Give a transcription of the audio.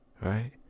Right